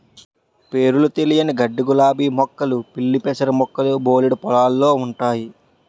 పేరులు తెలియని గడ్డిగులాబీ మొక్కలు పిల్లిపెసర మొక్కలు బోలెడు పొలాల్లో ఉంటయి